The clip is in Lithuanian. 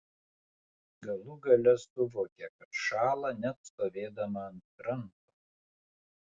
galų gale suvokė kad šąla net stovėdama ant kranto